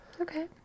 okay